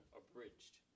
abridged